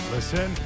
Listen